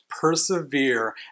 persevere